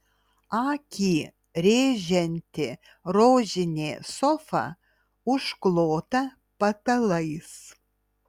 akį rėžianti rožinė sofa užklota patalais